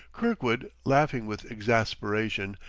kirkwood, laughing with exasperation,